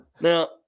Now